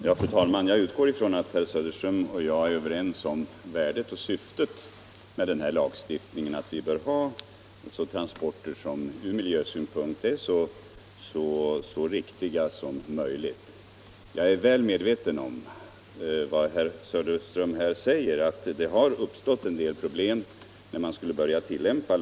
Fru talman! Jag utgår från att herr Söderström och jag är överens om syftet med och värdet av den här lagstiftningen och att vi anser att transporter ur miljösynpunkt bör vara så riktiga som möjligt. Jag är mycket väl medveten om vad herr Söderström här säger, att det har uppstått en del problem när lagstiftningen skulle börja tillämpas.